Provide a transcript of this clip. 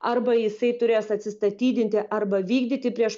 arba jisai turės atsistatydinti arba vykdyti prieš